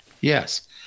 Yes